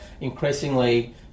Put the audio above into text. increasingly